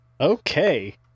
Okay